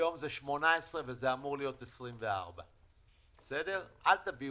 היום זה 18, וזה אמור להיות 24. אל תבקשו